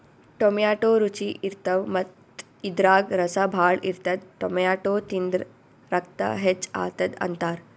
tomato ರುಚಿ ಇರ್ತವ್ ಮತ್ತ್ ಇದ್ರಾಗ್ ರಸ ಭಾಳ್ ಇರ್ತದ್ ಟೊಮ್ಯಾಟೋ ತಿಂದ್ರ್ ರಕ್ತ ಹೆಚ್ಚ್ ಆತದ್ ಅಂತಾರ್